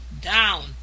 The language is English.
down